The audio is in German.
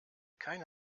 keine